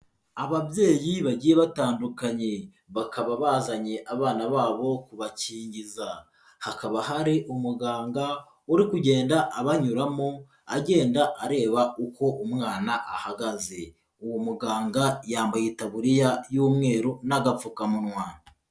Ababyeyi bagiye batandukanye, bakaba bazanye abana babo kubakingiza, hakaba hari umuganga uri kugenda abanyuramo, agenda areba uko umwana ahagaze, uwo muganga yambaye itaburiya y'umweru n'agapfukamunwa.